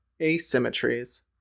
Asymmetries